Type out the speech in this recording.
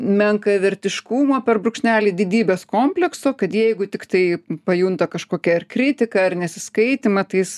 menkavertiškumo per brūkšnelį didybės komplekso kad jeigu tiktai pajunta kažkokią ar kritiką ar nesiskaitymą tai jis